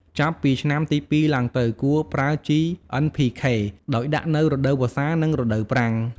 ចាប់ពីឆ្នាំទី ២ ឡើងទៅ គួរប្រើជី NPK ដោយដាក់នៅរដូវវស្សា និងរដូវប្រាំង។